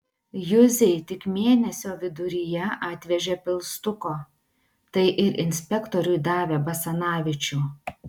juzei tik mėnesio viduryje atvežė pilstuko tai ir inspektoriui davė basanavičių